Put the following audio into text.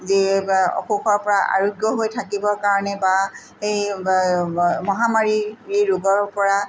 যি অসুখৰ পৰা আৰোগ্য হৈ থাকিবৰ কাৰণে বা সেই মহামাৰী ৰোগৰ পৰা